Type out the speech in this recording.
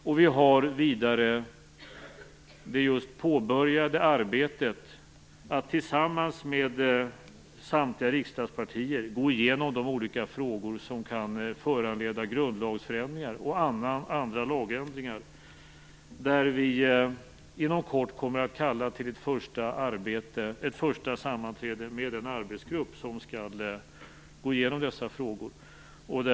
Vidare har vi det just påbörjade arbetet att tillsammans med samtliga riksdagspartier gå igenom de olika frågor som kan föranleda grundlagsförändringar och andra lagändringar. Där kommer vi inom kort att kalla till ett första sammanträde med den arbetsgrupp som skall gå igenom dessa frågor.